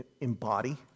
embody